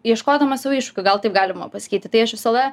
ieškodama sau iššūkių gal taip galima pasakyti tai aš visada